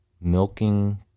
milking